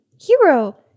Hero